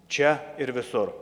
čia ir visur